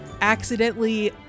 accidentally